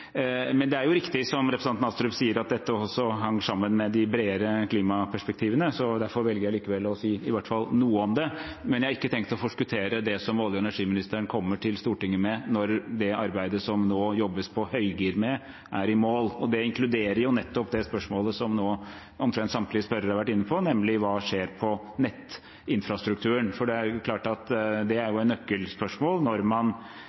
Det er riktig, som representanten Astrup sier, at dette også henger sammen med de bredere klimaperspektivene, så derfor velger jeg likevel å si i hvert fall noe om det, men jeg har ikke tenkt å forskuttere det som olje- og energiministeren kommer til Stortinget med når det arbeidet som det nå jobbes på høygir med, er i mål. Det inkluderer nettopp det spørsmålet som omtrent samtlige spørrere nå har vært inne på, nemlig: Hva skjer på nettinfrastrukturen? Det er klart at det er et nøkkelspørsmål når man